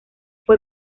fue